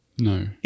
No